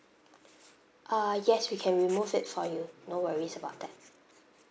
uh yes we can remove it for you no worries about that